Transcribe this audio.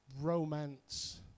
romance